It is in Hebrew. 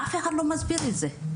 אף אחד לא מסביר את זה,